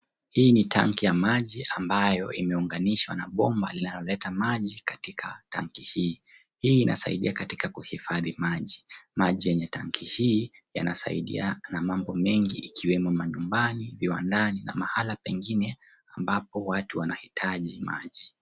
Hii ni tangi ya maji ambayo imeuganishwa na bomba linaloleta maji katika tangi hii. Hii inasaidia katika kuhifadhi maji. Maji yenye tangi hii yanasaidia kwenye mambo mingi ikiwemo manyumbani, viwandani na mahala pengine ambapo watu wanahitaji maji.